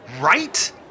Right